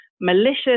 malicious